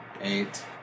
eight